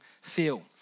feel